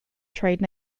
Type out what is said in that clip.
trade